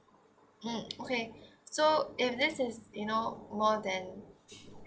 mm okay so if this is you know more than